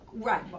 Right